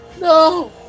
No